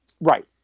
Right